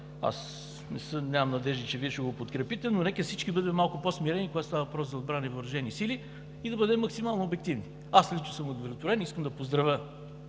Нямам надежди, че Вие ще го подкрепите, но нека всички бъдем малко по-смирени, когато става въпрос за отбрана и въоръжени сили, и да бъдем максимално обективни. Аз лично съм удовлетворен. Искам да поздравя